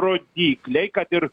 rodikliai kad ir